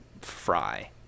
fry